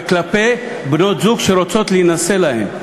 וכלפי בנות-זוג שרוצות להינשא להם.